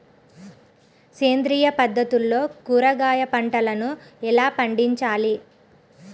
సేంద్రియ పద్ధతుల్లో కూరగాయ పంటలను ఎలా పండించాలి?